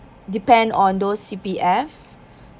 depend on those C_P_F